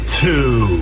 two